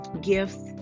gifts